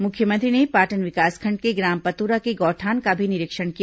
मुख्यमंत्री ने पाटन विकासखंड के ग्राम पतोरा के गौठान का भी निरीक्षण किया